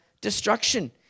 destruction